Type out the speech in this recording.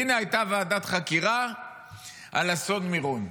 הינה, הייתה ועדת חקירה על אסון מירון.